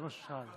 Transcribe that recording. זה מה שהוא שאל.